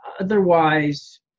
otherwise